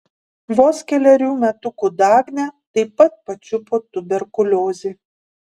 vos kelerių metukų dagnę taip pat pačiupo tuberkuliozė